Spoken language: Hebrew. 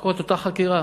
ונחקור את אותה חקירה.